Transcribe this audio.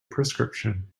prescription